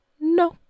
no